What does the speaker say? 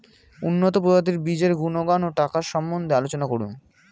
উন্নত প্রজাতির বীজের গুণাগুণ ও টাকার সম্বন্ধে আলোচনা করুন